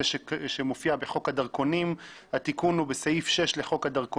אנחנו הבוקר כאן כדי לדון בהצעת חוק הכניסה לישראל (תיקון מס' 33),